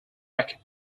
beckett